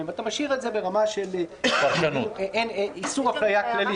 ומשאירים את זה ברמה של איסור אפליה כללי,